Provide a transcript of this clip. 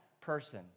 person